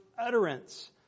utterance